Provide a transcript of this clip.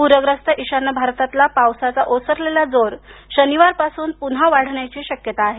पूख्यस्त ईशान्य भारतातला पावसाचा ओसरलेला जोर शनिवारपासून पुन्हा वाढण्याची शक्यता आहे